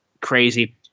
crazy